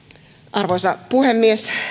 arvoisa puhemies